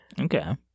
Okay